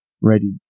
ready